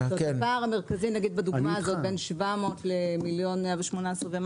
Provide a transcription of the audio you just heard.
הפער המרכזי נגיד בדוגמה הזאת בין 700 לבין 1.118 מיליון,